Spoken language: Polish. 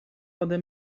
ode